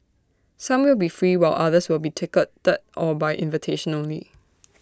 some will be free while others will be ticketed or by invitation only